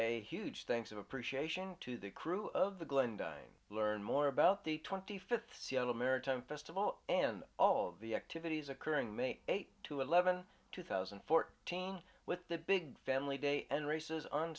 a huge thanks of appreciation to the crew of the glen dime learn more about the twenty fifth seattle maritime festival and all the activities occurring make eight to eleven two thousand and fourteen with the big family day and races on